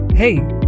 Hey